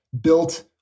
built